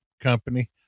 company